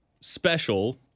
special